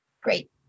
Great